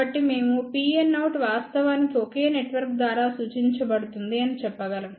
కాబట్టి మేము Pnout వాస్తవానికి ఒకే నెట్వర్క్ ద్వారా సూచించబడుతుంది అని చెప్పగలం